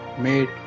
Made